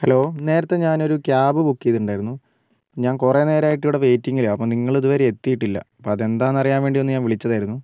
hello നേരത്തെ ഞാനൊരു cab book ചെയ്തിട്ടുണ്ടായിരുന്നു ഞാൻ കുറേ നേരായിട്ടിവിടെ വെയിറ്റിങ്ങിലാണ് അപ്പം നിങ്ങളിത് വരെ എത്തിയിട്ടില്ല അപ്പം അതെന്താന്നറിയാൻ വേണ്ടി ഒന്ന് ഞാൻ വിളിച്ചതായിരുന്നു